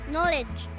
Knowledge